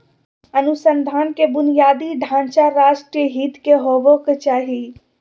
अनुसंधान के बुनियादी ढांचा राष्ट्रीय हित के होबो के चाही